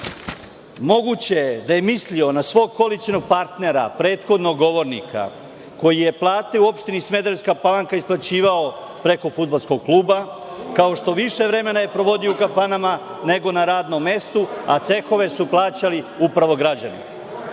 je da je mislio na svog koalicionog partnera, prethodnog govornika, koji je platio opštini Smederevska Palanka, isplaćivao preko fudbalskog kluba, kao što je više vremena provodio u kafanama, nego na radnom mestu, a cehove su plaćali upravo građani.